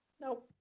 No